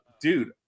dude